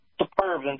superb